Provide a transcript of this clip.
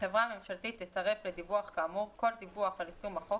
החברה הממשלתית תצרף לדיווח כאמור כל דיווח על יישום החוק